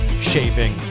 shaving